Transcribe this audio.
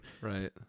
right